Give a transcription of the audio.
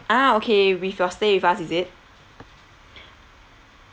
ah okay with your stay with us is it